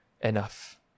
enough